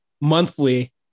monthly